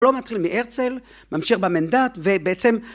לא מתחיל מהרצל ממשיך במנדט ובעצם